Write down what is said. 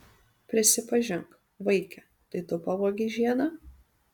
prisipažink vaike tai tu pavogei žiedą